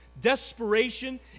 desperation